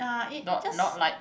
not not like